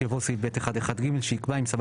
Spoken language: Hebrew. (ב1)(1)(ב) יבוא סעיף (ב1)(1)(ג) שיקבע 'אם סבר